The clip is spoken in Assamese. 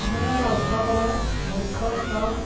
আমাৰ অঞ্চলৰ মুখ্য শ্ৰম